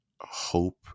hope